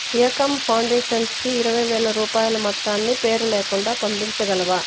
Ekam foundations కి ఇరవై వేల రూపాయల మొత్తాన్ని పేరులేకుండా పంపించగలవా